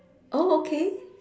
oh okay